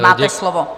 Máte slovo.